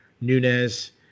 Nunez